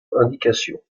indication